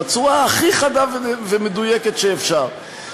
בצורה הכי חדה ומדויקת שאפשר,